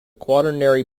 quaternary